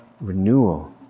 renewal